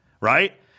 right